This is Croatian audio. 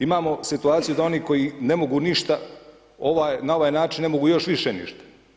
Imamo situaciju da oni koji ne mogu ništa, na ovaj način ne mogu još više ništa.